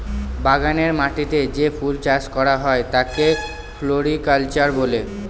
বাগানের মাটিতে যে ফুল চাষ করা হয় তাকে ফ্লোরিকালচার বলে